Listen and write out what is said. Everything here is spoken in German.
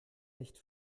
nicht